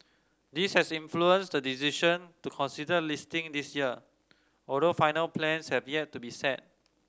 this has influenced the decision to consider listing this year although final plans have yet to be set